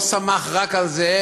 לא סמכו רק על זה,